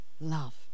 love